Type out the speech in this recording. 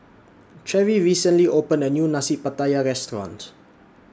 Cheri recently opened A New Nasi Pattaya Restaurant